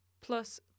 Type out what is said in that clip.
plus